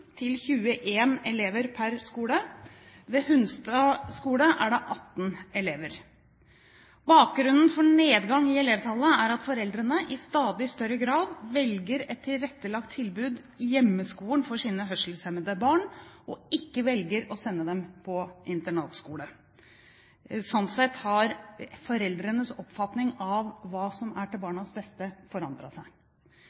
til 21 elever per skole. Ved Hunstad skole er det 18 elever. Bakgrunnen for nedgangen i elevtallet er at foreldrene i stadig større grad velger et tilrettelagt tilbud i hjemmeskolen for sine hørselshemmede barn, og ikke velger å sende dem på internatskole. Sånn sett har foreldrenes oppfatning av hva som er til